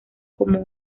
como